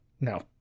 no